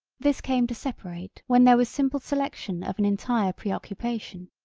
this came to separate when there was simple selection of an entire pre-occupation.